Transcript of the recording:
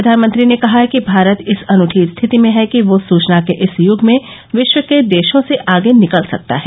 प्रधानमंत्री ने कहा है कि भारत इस अनूठी स्थिति में है कि वह सूचना के इस युग में विश्व के देशों से आगे निकल सकता है